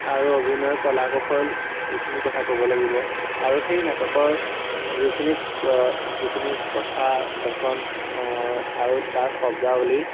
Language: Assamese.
আৰু অভিনয় কলা কৌশল সেইখিনি কথা ক'ব লাগিব আৰু সেই নাটকৰ যিখিনি যিখিনি কথা বচন আৰু তাৰ শব্দাৱলী